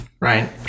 right